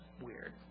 weird